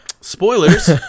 Spoilers